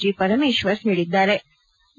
G Parameshwar ಹೇಳದ್ದಾರೆ